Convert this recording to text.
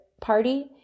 party